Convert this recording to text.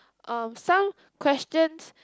um some questions